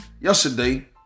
Yesterday